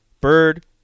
Bird